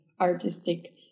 artistic